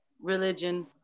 religion